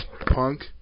punk